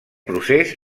procés